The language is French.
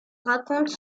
raconte